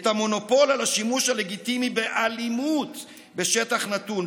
את המונופול על השימוש הלגיטימי באלימות בשטח נתון.